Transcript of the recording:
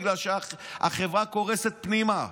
בגלל שהחברה קורסת פנימה,